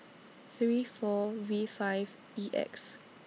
three four V five E X